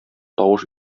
тавыш